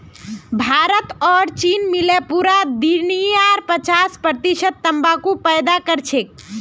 भारत और चीन मिले पूरा दुनियार पचास प्रतिशत तंबाकू पैदा करछेक